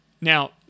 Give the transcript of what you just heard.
Now